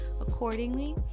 accordingly